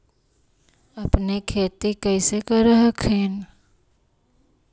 अपने खेती कैसे कर हखिन?